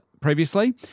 previously